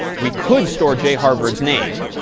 we could store jharvard's name.